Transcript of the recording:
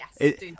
Yes